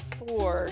four